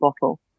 bottle